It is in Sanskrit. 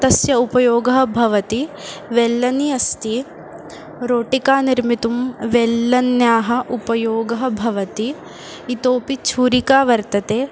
तस्य उपयोगः भवति वेल्लनी अस्ति रोटिका निर्मितुं वेल्लन्याः उपयोगः भवति इतोऽपि छुरिका वर्तते